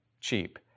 cheap